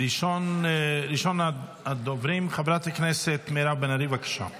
ראשון הדוברים, חברת הכנסת מירב בן ארי, בבקשה.